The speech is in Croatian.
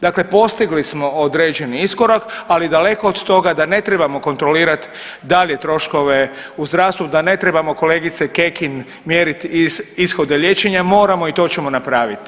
Dakle, postigli smo određeni iskorak, ali daleko od toga da ne trebamo kontrolirati dalje troškove u zdravstvu, da ne trebamo kolegice Kekin mjeriti ishode liječenja, moramo i to ćemo napraviti.